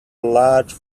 large